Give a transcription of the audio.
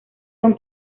don